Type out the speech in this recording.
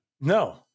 No